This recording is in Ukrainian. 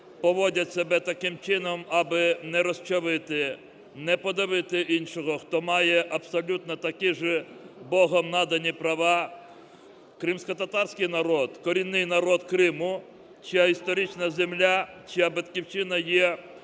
поводять себе таким чином аби не розчавити, не подавити іншого, хто має абсолютно такі ж, богом надані, права. Кримськотатарський народ – корінний народ Криму, чия історична земля, чия батьківщина є